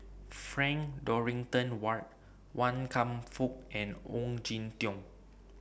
Frank Dorrington Ward Wan Kam Fook and Ong Jin Teong